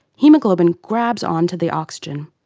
haemoglobin grabs onto the oxygen.